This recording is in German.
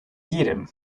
jedem